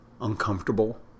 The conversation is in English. uncomfortable